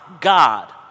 God